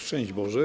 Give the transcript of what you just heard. Szczęść Boże.